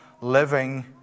living